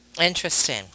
Interesting